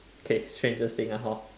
okay strangest thing lah hor